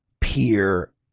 peer